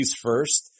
first